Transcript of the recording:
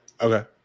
Okay